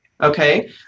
okay